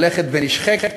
הולכת ונשחקת,